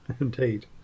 Indeed